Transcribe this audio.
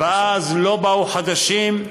ואז לא באו חדשים,